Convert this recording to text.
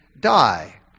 die